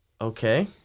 Okay